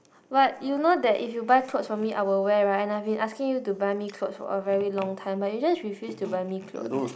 but you know that if you buy clothes for me I will wear right and I have been asking you to buy me clothes for a very long time but you just refuse to buy me clothes